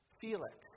Felix